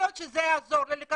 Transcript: אני רוצה עכשיו לקבל תשובה,